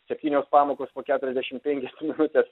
septynios pamokos po keturiasdešim penkias minutes